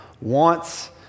wants